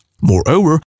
Moreover